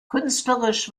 künstlerisch